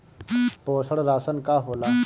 पोषण राशन का होला?